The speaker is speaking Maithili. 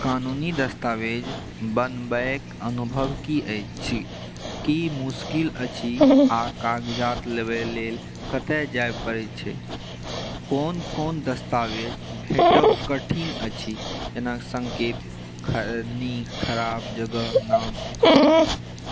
कानूनी दस्तावेज बनबैके अनुभव की अछि की मुश्किल अछि आ कागजात लेबए लेल कतऽ जाए पड़ैत छै कोन कोन दस्तावेज भेटब कठिन अछि जेना सङ्केत खरनी खराब जगह नाम इत